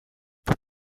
with